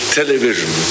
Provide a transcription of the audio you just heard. television